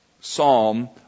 psalm